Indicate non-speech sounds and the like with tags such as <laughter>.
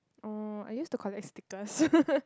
uh I use to collect stickers <laughs>